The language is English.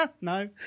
no